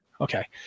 okay